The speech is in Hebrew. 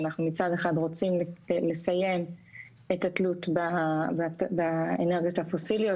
שאנחנו מצד אחד רוצים לסיים את התלות באנרגיות הפוסיליות.